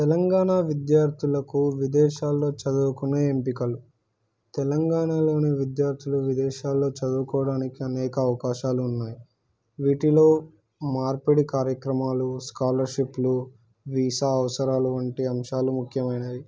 తెలంగాణ విద్యార్థులకు విదేశాల్లో చదువుకునే ఎంపికలు తెలంగాణలోని విద్యార్థులు విదేశాల్లో చదువుకోవడానికి అనేక అవకాశాలు ఉన్నాయి వీటిలో మార్పిడి కార్యక్రమాలు స్కాలర్షిప్లు వీసా అవసరాలు వంటి అంశాలు ముఖ్యమైనవి